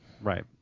Right